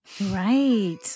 Right